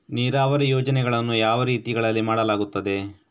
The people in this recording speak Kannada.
ನೀರಾವರಿ ಯೋಜನೆಗಳನ್ನು ಯಾವ ರೀತಿಗಳಲ್ಲಿ ಮಾಡಲಾಗುತ್ತದೆ?